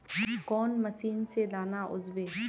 कौन मशीन से दाना ओसबे?